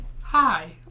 Hi